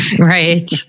Right